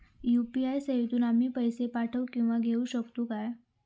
UPI सेवेतून आम्ही पैसे पाठव किंवा पैसे घेऊ शकतू काय?